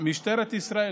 סגן השר,